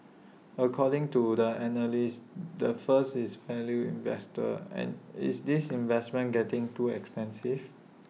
according to the analyst the first is value investor is this investment getting too expensive